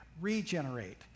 regenerate